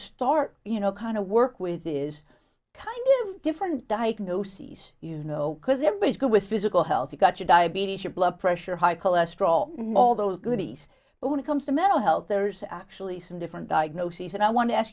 start you know kind of work with is kind of different diagnoses you know because everybody's good with physical health you got your diabetes your blood pressure high cholesterol all those goodies only comes to mental health there's actually some different diagnoses and i want to ask